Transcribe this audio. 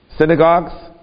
synagogues